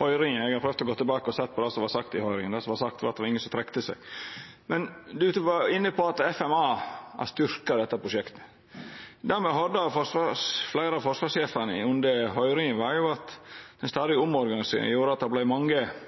høyringa. Eg har prøvt å gå tilbake og sjå kva som vart sagt i høyringa; det som vart sagt, var at ingen trekte seg. Men statsråden var inne på at FMA har styrkt dette prosjektet. Det me høyrde av fleire av forsvarssjefane under høyringa, var at ei stadig omorganisering gjorde at